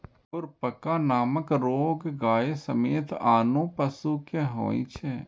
खुरपका नामक रोग गाय समेत आनो पशु कें होइ छै